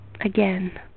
again